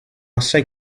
assai